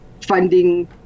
funding